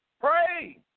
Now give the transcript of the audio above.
Pray